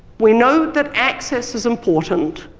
we know that access is important,